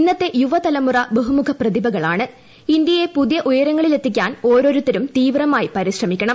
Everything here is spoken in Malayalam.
ഇന്നത്തെ യുവതലമുറ ബഹുമുഖ ഇന്ത്യയെ പുതിയ ഉയരങ്ങളിലെത്തിക്കാൻ ഓരോരുത്തരും തീവ്രമായി പരിശ്രമിക്കണം